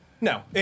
No